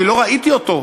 לא ראיתי אותו,